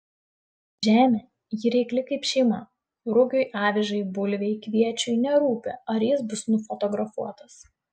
žemė ji reikli kaip šeima rugiui avižai bulvei kviečiui nerūpi ar jis bus nufotografuotas